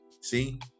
see